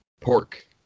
pork